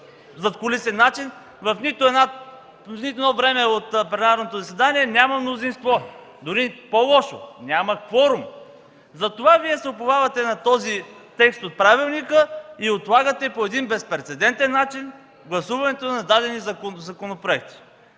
в нито едно време от пленарното заседание няма мнозинство, дори по-лошо – няма кворум! Затова Вие се уповавате на този текст от правилника и отлагате по един безпрецедентен начин гласуването на дадени законопроекти.